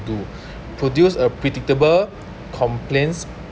to produce a predictable complaints